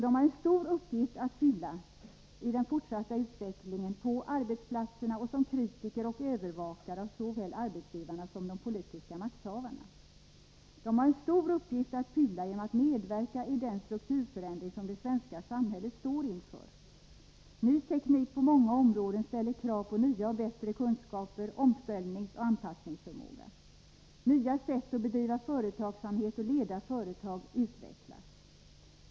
De har en stor uppgift att fylla i den fortsatta utvecklingen på arbetsplatserna och som kritiker och övervakare av såväl arbetsgivare som de politiska makthavarna. De har en stor uppgift att fylla genom att medverka i den strukturförändring som det svenska samhället står inför. Ny teknik på många områden ställer krav på nya och bättre kunskaper, på omställningsoch anpassningsförmåga. Nya sätt att bedriva företagsamhet och leda företag utvecklas.